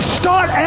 start